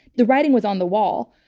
the writing was on the wall.